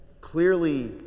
clearly